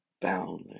boundless